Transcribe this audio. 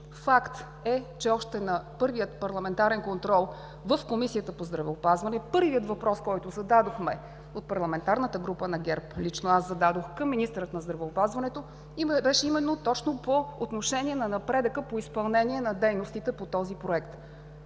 Факт е, че още на първия парламентарен контрол в Комисията по здравеопазване първият въпрос, който зададохме от парламентарната група на ГЕРБ, лично аз го зададох към министъра на здравеопазването, беше именно по отношение на напредъка по изпълнение на дейностите по този проект.